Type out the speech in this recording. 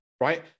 right